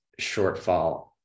shortfall